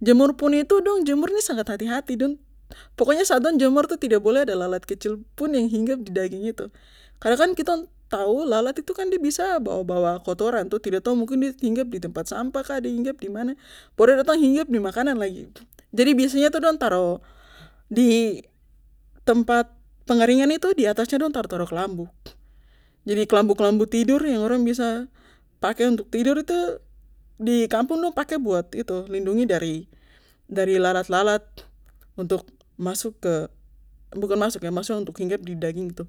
jemur pun itu dong jemur ni sangat hati hati dong pokonya saat dong jemur tuh tidak ada boleh ada lalat kecilpun yang hinggap di daging itu karna kan kitong tau lalat itukan biasa de bawa bawa kotoran toh tidak tau mungkin de hinggap di tempat sampah kah de hinggap dimana baru de datang hinggap di makanan lagi jadi biasanya itu dong taro di tempat pengeringan itu diatasnya dong taro taro kelambu jadi kelambu kelambu tidur yang biasa orang pake untuk tidur tuh dikampung orang biasa pake buat itu lindung dari dari lalat lalat untuk masuk ke bukan masuk maksudnya untuk hinggap di daging tuh